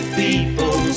people